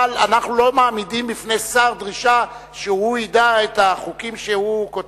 אבל אנחנו לא מעמידים בפני שר דרישה שהוא ידע את החוקים שהוא כותב.